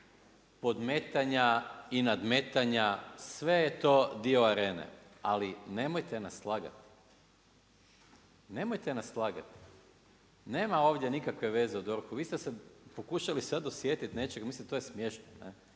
podmetanja i nadmetanja, sve je to dio arene ali nemojte nas lagati, nemojte nas lagati. Nema ovdje nikakve veze o DORH-u, vi ste se pokušali sada dosjetiti nečega, mislim to je smiješno.